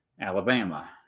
Alabama